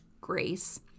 grace